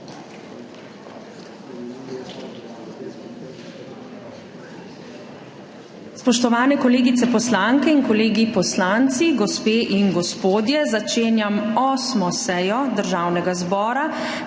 Spoštovane kolegice poslanke in kolegi poslanci, gospe in gospodje! Začenjam 8. sejo Državnega zbora,